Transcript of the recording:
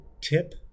tip